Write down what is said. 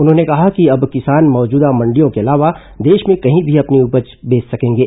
उन्होंने कहा कि अब किसान मौजूदा मंडियों के अलावा देश में कहीं भी अपनी उपज बेच सकेंगे